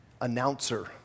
announcer